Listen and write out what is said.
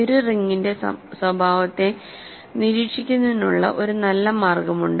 ഒരു റിങ്ങിന്റെ സ്വഭാവത്തെ നിരീക്ഷിക്കുന്നതിനുള്ള ഒരു നല്ല മാർഗ്ഗമുണ്ട്